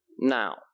now